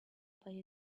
pay